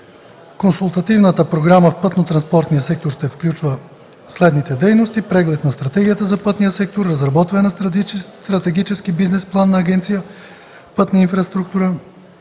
Консултативната програма в пътно-транспортния сектор ще включва следните дейности: 1. Преглед на Стратегията за пътния сектор. 2. Разработване на стратегически бизнес план за Агенция „Пътна инфраструктура”.